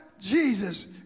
Jesus